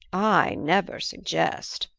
i never suggest,